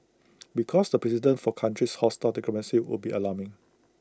because the precedent for countries hostile democracy would be alarming